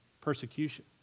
persecution